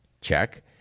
check